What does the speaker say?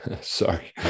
sorry